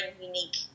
unique